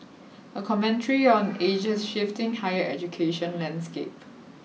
a commentary on Asia's shifting higher education landscape